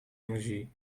energie